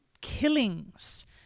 killings